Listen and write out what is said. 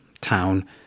town